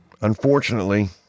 Unfortunately